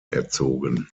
erzogen